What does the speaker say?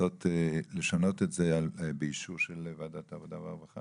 לשנות את זה באישור של ועדת העבודה והרווחה.